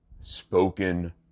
Spoken